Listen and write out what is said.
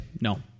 No